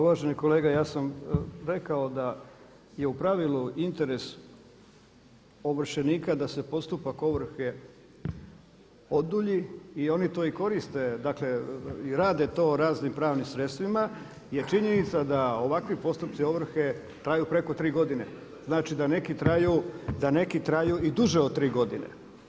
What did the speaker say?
Uvaženi kolega, ja sam rekao da je u pravilu interes ovršenika da se postupak ovrhe odulji i oni to i koriste, dakle rade to raznim pravnim sredstvima jer činjenica da ovakvi postupci ovrhe traju preko tri godine, znači da neki traju i duže od tri godine.